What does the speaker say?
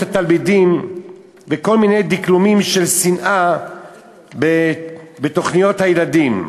התלמידים בכל מיני דקלומים של שנאה בתוכניות הילדים.